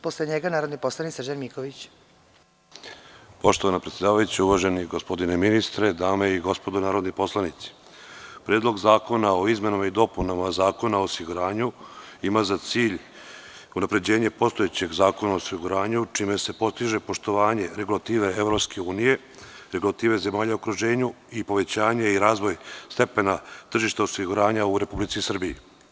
Poštovana predsedavajuća, uvaženi gospodine ministre, dame i gospodo narodni poslanici, Predlog zakona o izmenama i dopunama Zakona o osiguranju ima za cilj unapređenje postojećeg Zakona o osiguranju, čime se postiže poštovanje regulative EU, regulative zemalja u okruženju i povećanje i razvoj stepena tržišta osiguranja u Republici Srbiji.